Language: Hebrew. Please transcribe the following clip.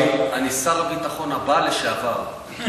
אני שר הביטחון הבא לשעבר.